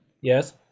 Yes